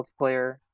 multiplayer